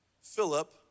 Philip